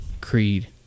Creed